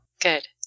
Good